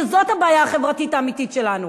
כי זו הבעיה החברתית האמיתית שלנו